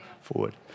forward